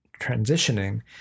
transitioning